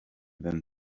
than